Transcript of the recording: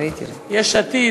יש עתיד,